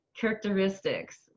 characteristics